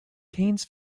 cannes